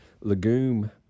legume